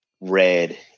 red